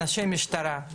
אנשי משטרה,